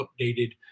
updated